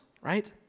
right